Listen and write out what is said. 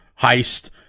heist